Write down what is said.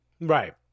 Right